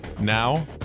Now